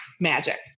magic